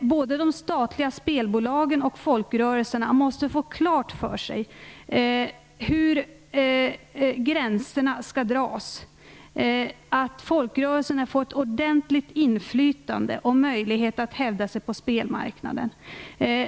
Både de statliga spelbolagen och folkrörelserna måste få klart för sig hur gränserna skall dras. Folkrörelserna måste få ett ordentligt inflytande och möjlighet att hävda sig på spelmarknaden.